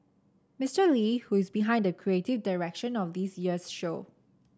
Mister Lee who is behind the creative direction of this year's show